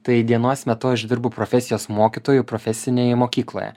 tai dienos metu aš dirbu profesijos mokytoju profesinėje mokykloje